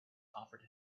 offered